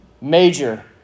major